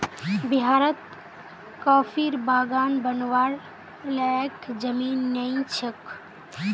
बिहारत कॉफीर बागान बनव्वार लयैक जमीन नइ छोक